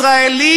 ישראלים,